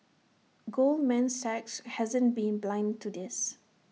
Goldman Sachs hasn't been blind to this